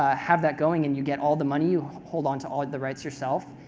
ah have that going and you get all the money. you hold on to all the rights yourself.